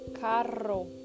Carro